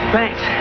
Thanks